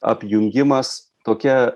apjungimas tokia